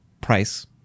price